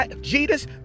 Jesus